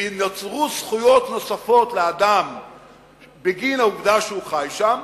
ונוצרו זכויות נוספות לאדם בגין העובדה שהוא חי שם,